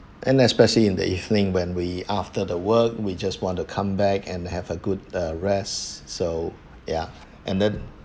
and especially in the evening when we after the work we just want to come back and have a good rest so ya and then